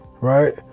right